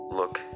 look